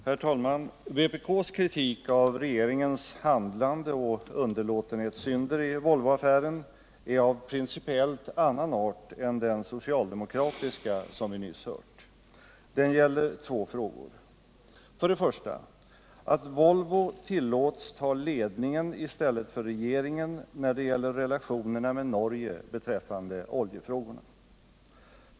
Herr talman! Vpk:s kritik av regeringens handlande och underlåtenhetssynder i Volvoaffären är av principiellt annan art än den socialdemokratiska som vi nyss hört. Vår kritik gäller två frågor: 1. Att Volvo i oljefrågorna tillåts ta ledningen i stället för regeringen när det gäller relationerna till Norge.